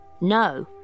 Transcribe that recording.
No